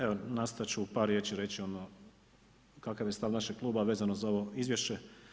Evo, nastojati ću u par riječi reći ono kakav je stav našeg kluba vezano za ovo izvješće.